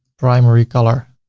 primary color.